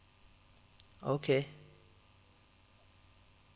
okay